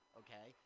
okay